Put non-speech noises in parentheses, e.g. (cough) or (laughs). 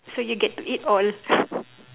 so you get to eat all (laughs)